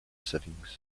settings